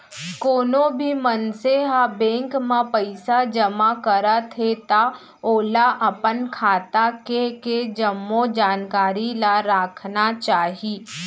कोनो भी मनसे ह बेंक म पइसा जमा करत हे त ओला अपन खाता के के जम्मो जानकारी ल राखना चाही